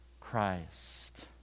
Christ